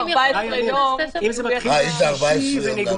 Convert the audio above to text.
והכול ובלבד שתקופת תוקפה של הכרזה לפי סעיף קטן זה תסתיים